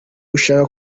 ushaka